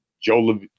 Joe